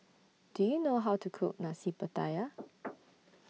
Do YOU know How to Cook Nasi Pattaya